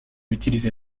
utiliser